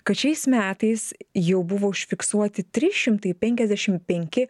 kad šiais metais jau buvo užfiksuoti trys šimtai penkiasdešimt penki